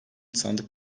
sandık